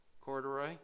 corduroy